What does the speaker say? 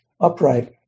upright